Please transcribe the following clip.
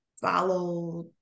follow